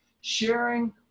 sharing